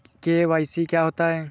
KYC क्या होता है?